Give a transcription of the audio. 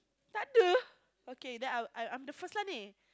takde okay then I I'm the first one leh